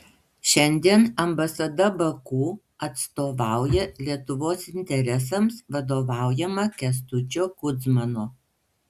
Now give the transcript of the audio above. šiandien ambasada baku atstovauja lietuvos interesams vadovaujama kęstučio kudzmano